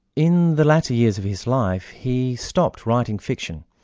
in the latter years of his life, he stopped writing fiction.